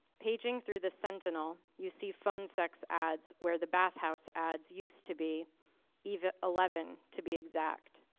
paging through the sentinel. you see phone sex ads, where the bathhouse ads used to be even eleven to be exact.